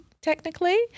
technically